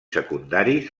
secundaris